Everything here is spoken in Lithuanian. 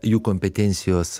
jų kompetencijos